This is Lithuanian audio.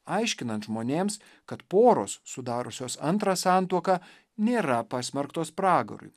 aiškinant žmonėms kad poros sudariusios antrą santuoką nėra pasmerktos pragarui